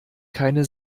keine